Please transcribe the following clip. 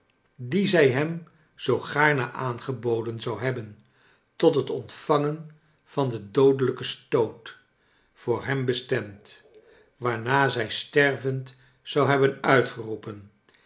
dien zij hem zoo gaame aangeboden zou hebben tot het ontvangen van den doodelijken stoot voor hem bestemd waarna zij stervend zou hebben uitgeroepen